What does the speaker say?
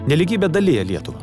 nelygybė dalija lietuvą